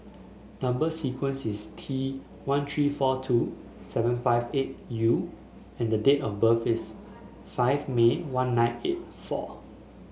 number sequence is T one three four two seven five eight U and the date of birth is five May one nine eight four